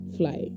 fly